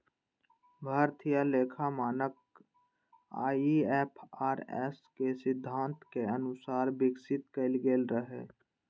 भारतीय लेखा मानक आई.एफ.आर.एस के सिद्धांतक अनुसार विकसित कैल गेल रहै